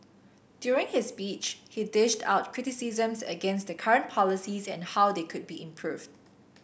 during his speech he dished out criticisms against the current policies and how they could be improved